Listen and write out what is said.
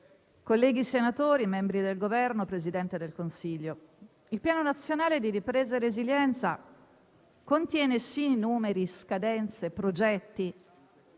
colleghi senatori, membri del Governo, signor Presidente del Consiglio, il Piano nazionale di ripresa e resilienza contiene sì numeri, scadenze e progetti,